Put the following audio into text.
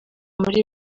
muri